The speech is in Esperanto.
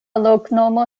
loknomo